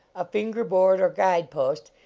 a finger-board, or guide-post,